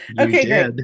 Okay